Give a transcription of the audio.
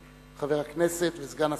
חבר הכנסת וסגן השר,